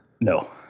No